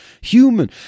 human